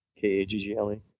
K-A-G-G-L-E